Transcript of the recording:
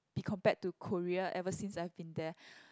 be compared to Korea ever since I've been there